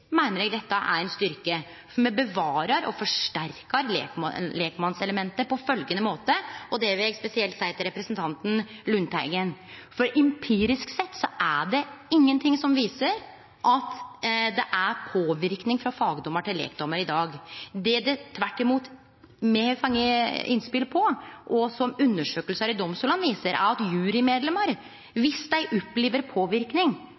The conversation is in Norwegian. meiner eg dette er ein styrke, for me bevarer og forsterkar lekmannselementet på følgjande måte, og det vil eg spesielt seie til representanten Lundteigen: Empirisk sett er det ingenting som viser at det er påverknad frå fagdommar til lekdommar i dag. Det me tvert imot har fått innspel på, og som undersøkingar i domstolane viser, er at